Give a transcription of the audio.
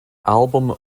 album